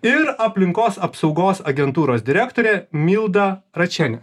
ir aplinkos apsaugos agentūros direktorė milda račienė